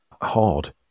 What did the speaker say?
Hard